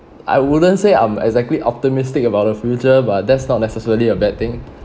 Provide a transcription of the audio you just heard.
I wouldn't say I'm exactly optimistic about the future but that's not necessarily a bad thing